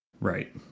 Right